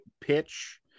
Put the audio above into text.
pitch